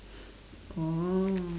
oh